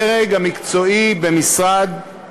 הבינוי והשיכון וגם עם הדרג המקצועי במשרד האוצר.